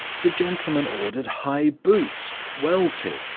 the gentleman ordered high boots, welted,